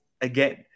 again